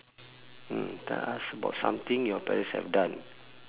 mm tell us about something your parents have done